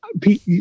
Pete